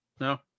No